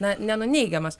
na nenuneigiamas